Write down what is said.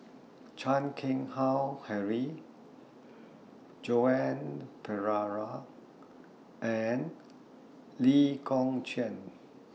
Chan Keng Howe Harry Joan Pereira and Lee Kong Chian